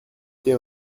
été